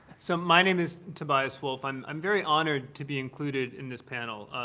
so my name is tobias wolff. i'm i'm very honored to be included in this panel,